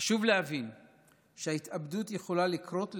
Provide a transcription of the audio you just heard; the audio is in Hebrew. חשוב להבין שהתאבדות יכולה לקרות לכולנו,